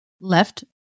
left